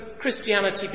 Christianity